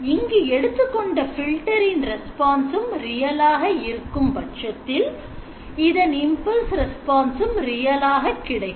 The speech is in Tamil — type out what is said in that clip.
இங்கு எடுத்துக்கொண்ட filter இன் response ரியலாக இருக்கும் பட்சத்தில் இதன் impulse response உம் real ஆக கிடைக்கும்